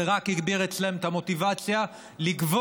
זה רק הגביר אצלם את המוטיבציה לגבות